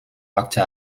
hakte